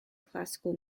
classical